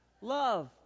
Love